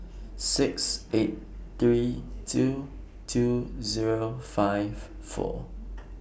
six eight three two two Zero five four